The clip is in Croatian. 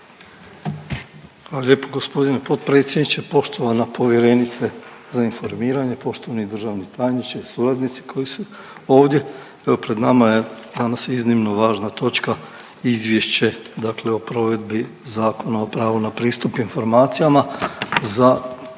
Hvala lijepo g. potpredsjedniče. Poštovana povjerenice za informiranje, poštovani državni tajniče i suradnici koji su ovdje, evo pred nama je danas iznimno važna točka, Izvješće dakle o provedbi Zakona o pravu na pristup informacijama